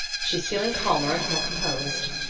she's feeling calmer and more composed,